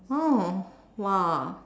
oh !wah!